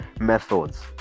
methods